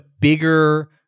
bigger